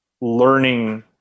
learning